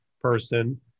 person